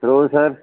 hello sir